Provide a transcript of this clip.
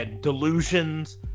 delusions